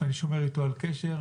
ואני שומר איתו על קשר.